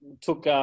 took